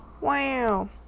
Wow